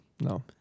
no